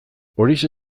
horixe